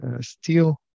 steel